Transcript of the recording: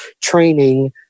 training